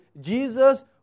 Jesus